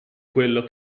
quello